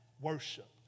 worship